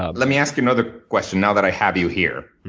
ah let me ask you another question now that i have you here.